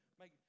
make